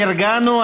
חברי הכנסת, נרגענו.